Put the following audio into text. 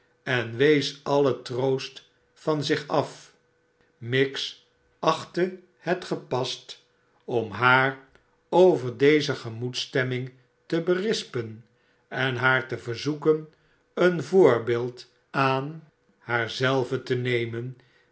en wees alien troost van zich af miggs achtte het gepast om haar oyer deze gemoedsstemming te berispen en haar te verzoeken een voorbeeld aan haar zelve te hemen